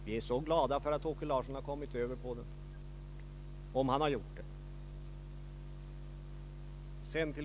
Vi är så glada över att herr Åke Larsson har kommit över på den — om han har gjort det.